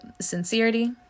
sincerity